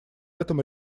этом